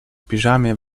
piżamie